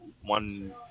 one